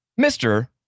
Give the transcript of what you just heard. Mr